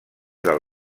del